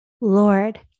Lord